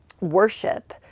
worship